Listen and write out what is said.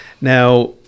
Now